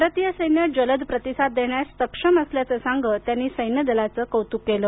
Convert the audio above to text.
भारतीय सैन्य जलद प्रतिसाद देण्यास सक्षम असल्याचं सांगत त्यांनी सैन्यदलाचं कौतुक केलं